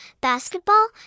basketball